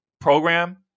program